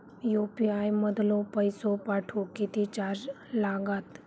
UPI मधलो पैसो पाठवुक किती चार्ज लागात?